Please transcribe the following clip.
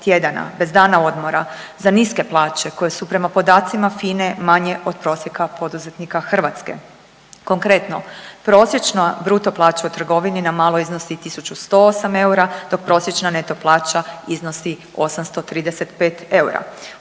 tjedana bez dana odmora, za niske plaće koje su prema podacima FINA-e manje od prosjeka poduzetnika Hrvatske. Konkretno, prosječna bruto plaća u trgovini na malo iznosi 1.108 eura, dok prosječna neto plaća iznosi 835 eura.